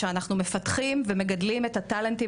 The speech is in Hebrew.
שאנחנו מפתחים ומגדלים את הטאלנטים